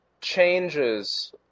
changes